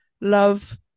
love